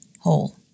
hole